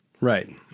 Right